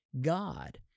God